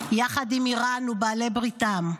יחד עם איראן ובעלי בריתם,